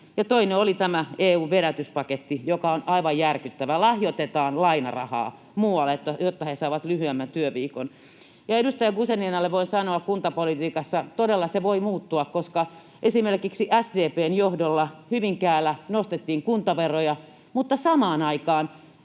toinen oli tämä EU:n vedätyspaketti, joka on aivan järkyttävä — lahjoitetaan lainarahaa muualle, jotta he saavat lyhyemmän työviikon. Ja edustaja Guzeninalle voin sanoa kuntapolitiikasta, että se voi todella muuttua, koska esimerkiksi SDP:n johdolla Hyvinkäällä nostettiin kuntaveroja, mutta samaan aikaan